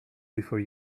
before